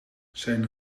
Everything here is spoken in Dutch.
zijn